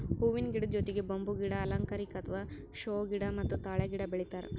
ಹೂವಿನ ಗಿಡದ್ ಜೊತಿಗ್ ಬಂಬೂ ಗಿಡ, ಅಲಂಕಾರಿಕ್ ಅಥವಾ ಷೋ ಗಿಡ ಮತ್ತ್ ತಾಳೆ ಗಿಡ ಬೆಳಿತಾರ್